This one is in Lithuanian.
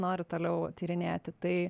noriu toliau tyrinėti tai